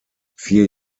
vier